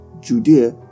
Judea